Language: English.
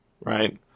right